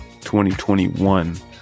2021